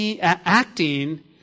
acting